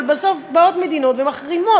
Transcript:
אבל בסוף באות מדינות ומחרימות.